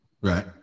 Right